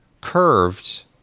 Curved